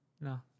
No